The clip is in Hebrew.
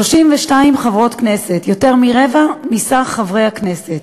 32 חברות כנסת, יותר מרבע מכלל חברי הכנסת.